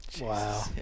Wow